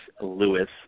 Lewis